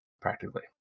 practically